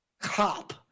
cop